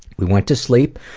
we went to sleep,